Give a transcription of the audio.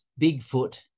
Bigfoot